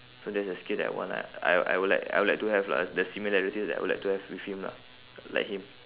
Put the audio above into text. so that's a skill that I want lah I I would like I would like to have lah the similarity that I would like to have with him lah like him